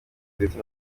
ndetse